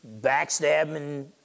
backstabbing